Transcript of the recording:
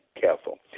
careful